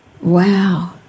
Wow